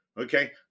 Okay